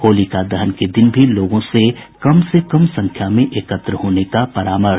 होलिका दहन के दिन भी लोगों से कम से कम संख्या में एकत्र होने का परामर्श